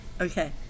okay